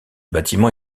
bâtiment